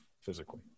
physically